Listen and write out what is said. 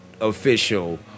official